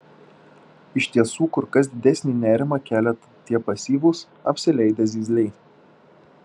iš tiesų kur kas didesnį nerimą kelia tie pasyvūs apsileidę zyzliai